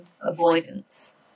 Avoidance